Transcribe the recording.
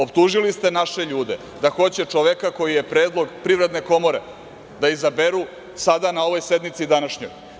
Optužili ste naše ljude da hoće čoveka koji je predlog Privredne komore, da izaberu sada na ovoj sednici današnjoj.